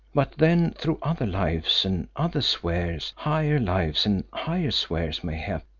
but then through other lives and other spheres, higher lives and higher spheres mayhap,